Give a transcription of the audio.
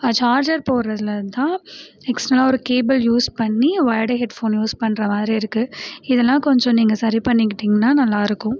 charger போடுறதுல தான் எக்ஸ்ட்ரனலாக ஒரு கேபிள் யூஸ் பண்ணி ஓயர்டு ஹெட்ஃபோன் யூஸ் பண்ணுற மாதிரி இருக்குது இதெல்லாம் கொஞ்சம் நீங்கள் சரி பண்ணிக்கிட்டிங்கனால் நல்லாருக்கும்